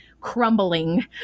crumbling